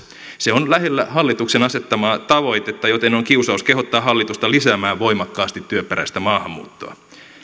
se on lähellä hallituksen asettamaa tavoitetta joten on kiusaus kehottaa hallitusta lisäämään voimakkaasti työperäistä maahanmuuttoa